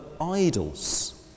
idols